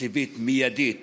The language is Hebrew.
תקציבית מיידית